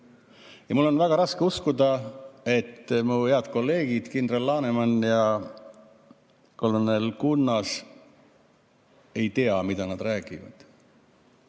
mul on väga raske uskuda, et mu head kolleegid kindral Laneman ja kolonel Kunnas ei tea, mida nad räägivad.